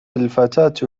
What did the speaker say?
الفتاة